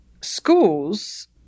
schools